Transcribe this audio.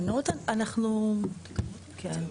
כן,